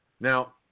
Now